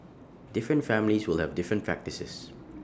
different families will have different practices